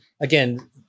again